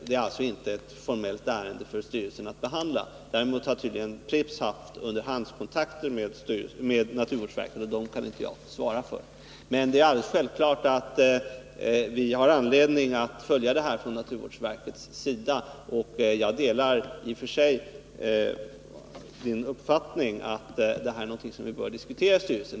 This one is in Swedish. Det är alltså inte ett formellt ärende för styrelsen att behandla. Däremot har tydligen Pripps haft underhandskontakter med naturvårdsverket, men dem kan jag inte svara för. Det är självklart att vi från naturvårdsverkets sida har anledning att följa detta ärende, och jag delar i och för sig Hans Alséns uppfattning att detta är någonting som vi bör diskutera i styrelsen.